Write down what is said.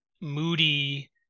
Moody